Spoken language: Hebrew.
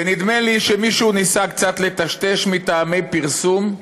ונדמה לי שמישהו ניסה קצת לטשטש, מטעמי פרסום,